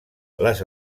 les